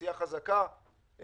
אוכלוסייה חזקה.